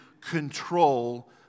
control